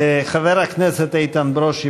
חבר הכנסת איתן ברושי,